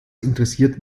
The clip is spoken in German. interessiert